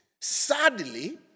Sadly